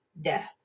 death